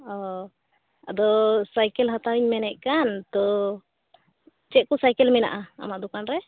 ᱚᱻ ᱟᱫᱚ ᱥᱟᱭᱠᱮᱞ ᱦᱟᱛᱟᱣ ᱤᱧ ᱢᱮᱱᱮᱫ ᱠᱟᱱ ᱛᱚ ᱪᱮᱫ ᱠᱚ ᱥᱟᱭᱠᱮᱞ ᱢᱮᱱᱟᱜᱼᱟ ᱟᱢᱟᱜ ᱫᱚᱠᱟᱱ ᱨᱮ